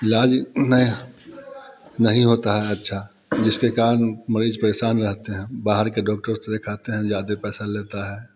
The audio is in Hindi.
इलाज में नहीं होता है अच्छा जिसके कारण मरीज़ परेशान रहते हैं बाहर के डॉक्टर से कहते हैं ज़्यादा पैसा लेता है